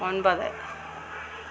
ഒമ്പത്